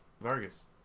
Vargas